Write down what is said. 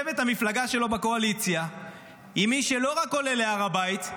המפלגה שלו בקואליציה יושבת עם מי שלא רק עולה להר הבית,